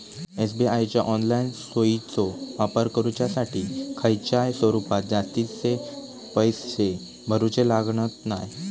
SBI च्या online सोयीचो वापर करुच्यासाठी खयच्याय स्वरूपात जास्तीचे पैशे भरूचे लागणत नाय